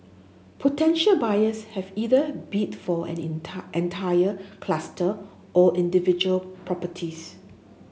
potential buyers have either bid for an entire cluster or individual properties